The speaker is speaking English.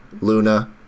Luna